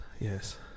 Yes